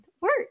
work